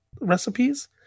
recipes